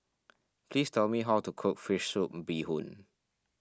please tell me how to cook Fish Soup Bee Hoon